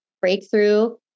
breakthrough